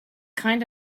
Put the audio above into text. kind